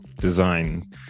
design